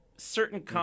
Certain